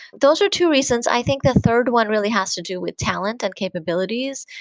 those are two reasons. i think the third one really has to do with talent and capabilities.